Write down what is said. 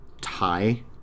tie